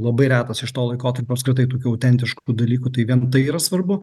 labai retas iš to laikotarpio apskritai tokių autentiškų dalykų tai vien tai yra svarbu